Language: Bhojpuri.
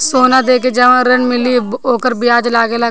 सोना देके जवन ऋण मिली वोकर ब्याज लगेला का?